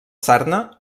sarna